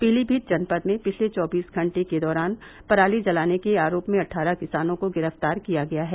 पीलीमीत जनपद में पिछले चौबीस घंटे के दौरान पराली जलाने के आरोप में अट्ठारह किसानों को गिरफ्तार किया गया है